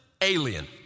alien